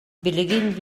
билигин